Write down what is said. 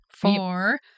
four